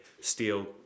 steel